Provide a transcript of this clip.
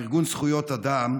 ארגון זכויות אדם,